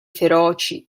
feroci